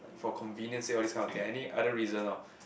for convenience sake all these kind of thing and any other reason loh